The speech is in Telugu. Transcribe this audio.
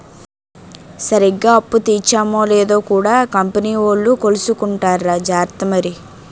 సరిగ్గా అప్పు తీర్చేమో లేదో కూడా కంపెనీ వోలు కొలుసుకుంటార్రా జార్త మరి